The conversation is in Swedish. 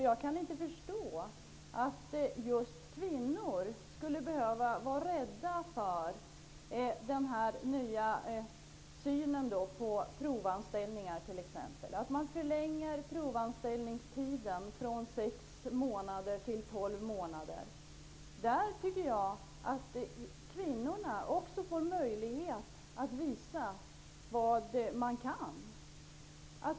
Jag kan inte förstå att just kvinnor skulle behöva vara rädda för den nya synen på t.ex. provanställningar -- dvs. att man förlänger provanställningstiden från sex till tolv månader. Det tycker jag ger kvinnorna möjlighet att visa vad de kan.